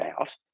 out